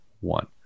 one